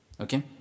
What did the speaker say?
okay